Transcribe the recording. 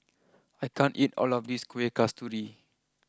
I can't eat all of this Kueh Kasturi